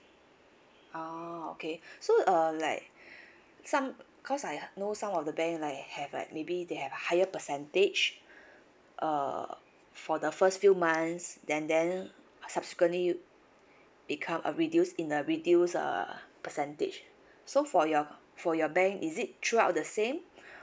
ah okay so uh like some cause I know some of the bank like have like maybe they have higher percentage uh for the first few months then then subsequently become a reduced in a reduced uh percentage so for your for your bank is it throughout the same